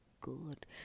good